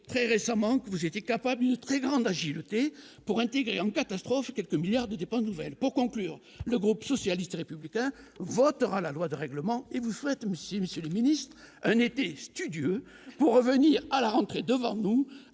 très récemment que vous étiez capable de très grande agilité pour intégrer en catastrophe quelques milliards de dépenses nouvelles, pour conclure, le groupe socialiste républicain votera la loi de règlement et vous souhaite Monsieur Monsieur le Ministre, un été studieux pour revenir à la rentrée devant nous